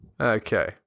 Okay